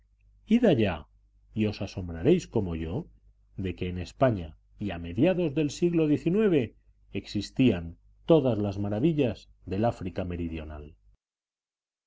allá y os asombraréis como yo de que en españa y a mediados del siglo xix existían todas las maravillas del áfrica meridional